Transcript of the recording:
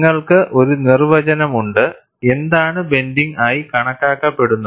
നിങ്ങൾക്ക് ഒരു നിർവചനം ഉണ്ട്എന്താണ് ബ്ലെൻഡിങ് ആയി കണക്കാക്കപ്പെടുന്നത്